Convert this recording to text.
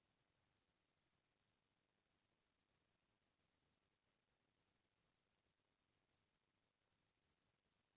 corona के टीका के बूस्टर डोज लगाए के चरचा होवत हे फेर सरकार ह एखर घोसना नइ करे हे